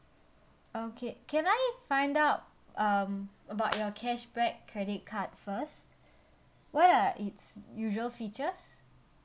okay can I find out um about your cashback credit card first what are its usual features